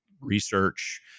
Research